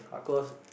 cause